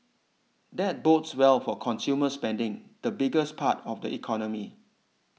that bodes well for consumer spending the biggest part of the economy